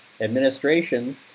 administration